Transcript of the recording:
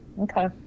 Okay